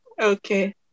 Okay